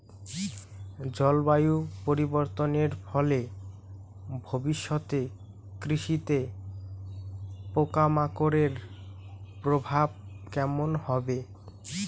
জলবায়ু পরিবর্তনের ফলে ভবিষ্যতে কৃষিতে পোকামাকড়ের প্রভাব কেমন হবে?